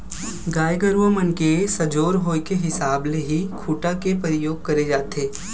गाय गरुवा मन के सजोर होय के हिसाब ले ही खूटा के परियोग करे जाथे